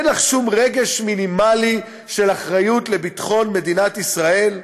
אין לך שום רגש מינימלי של אחריות לביטחון מדינת ישראל?